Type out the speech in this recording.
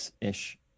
ish